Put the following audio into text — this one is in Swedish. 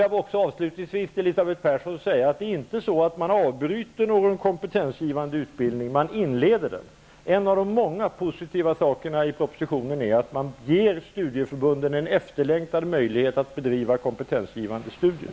Jag vill avslutningsvis till Elisabeth Persson säga att man inte avbryter någon kompetensgivande utbildning, utan man inleder sådana. En av de många positiva sakerna i propositionen är att man ger studieförbunden en efterlängtad möjlighet att bedriva kompetensgivande studier.